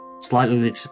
Slightly